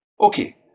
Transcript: Okay